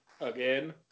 again